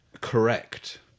Correct